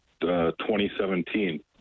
2017